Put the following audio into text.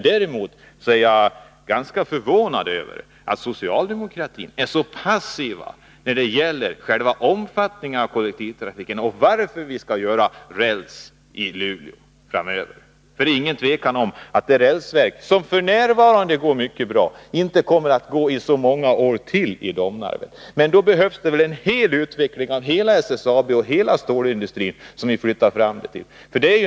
Däremot är jag ganska förvånad över att socialdemokratin är så passiv när det gäller omfattningen av kollektivtrafiken och uppbyggnaden av ett rälsverk i Luleå framöver. Det är nämligen inget tvivel om att rälsverket, som f. n. går mycket bra, inte kommer att göra det så många år till i Domnarvet. Men då behövs det en utveckling av hela SSAB och av stålindustrin i dess helhet.